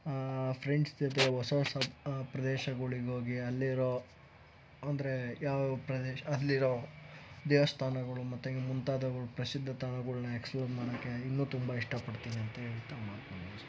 friends ಜೊತೆ ಹೊಸ ಹೊಸ ಪ್ರದೇಶಗಳಿಗೆ ಹೋಗಿ ಅಲ್ಲಿರೋ ಅಂದರೆ ಯಾವ ಪ್ರದೇಶ ಅಲ್ಲಿರೋ ದೇವಸ್ಥಾನಗಳು ಮತ್ತೆ ಹೀಗೆ ಮುಂತಾದವುಗಳು ಪ್ರಸಿದ್ಧ ತಾಣಗಳನ್ನು ಎಕ್ಸ್ಪ್ಲೋರ್ ಮಾಡೋಕ್ಕೆ ಇನ್ನು ತುಂಬ ಇಷ್ಟಪಡ್ತೀನಿ ಅಂತ ಹೇಳ್ತಾ ಮಾತನ್ನ ಮುಗಿಸ್ತೇನೆ